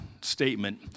statement